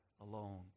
alone